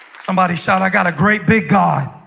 somebody shot, i got a great big guy